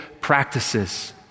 practices